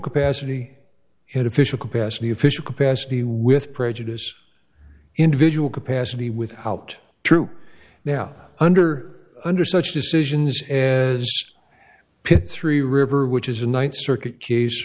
capacity in official capacity official capacity with prejudice individual capacity without true now under under such decisions as three river which is in one circuit ca